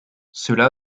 cela